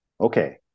okay